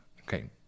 okay